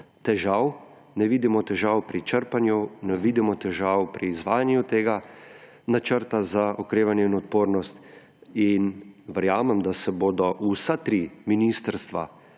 težav. Ne vidimo težav pri črpanju, ne vidimo težav pri izvajanju tega Načrta za okrevanje in odpornost. In verjamem, da se bodo vsa tri ministrstva